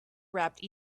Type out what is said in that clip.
wrapped